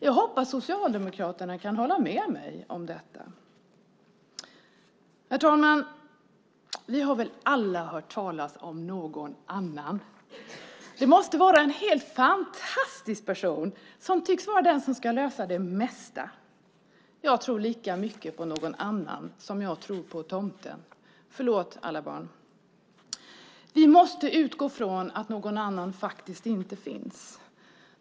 Jag hoppas att Socialdemokraterna kan hålla med mig om detta. Herr talman! Vi har väl alla hört talas om någon annan. Det måste vara en helt fantastisk person som tycks vara den som ska lösa det mesta. Jag tror lika mycket på någon annan som jag tror på tomten - förlåt alla barn! Vi måste utgå från att någon annan faktiskt inte finns.